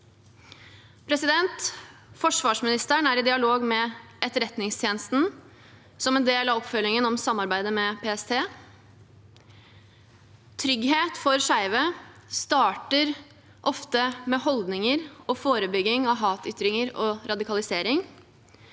regjeringen. Forsvarsministeren er i dialog med Etterretningstjenesten, som en del av oppfølgingen om samarbeid med PST. Trygghet for de skeive starter ofte med holdninger og forebygging av hatytringer og radikalisering.